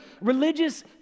religious